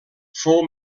fou